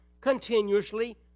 continuously